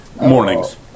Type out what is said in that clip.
mornings